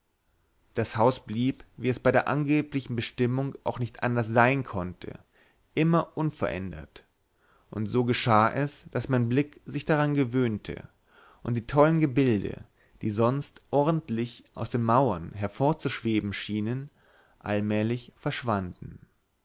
das haus blieb wie es bei der angeblichen bestimmung auch nicht anders sein konnte immer unverändert und so geschah es daß mein blick sich daran gewöhnte und die tollen gebilde die sonst ordentlich aus den mauern hervorzuschweben schienen allmählig verschwanden